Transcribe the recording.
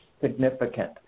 significant